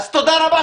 אז תודה רבה.